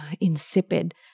insipid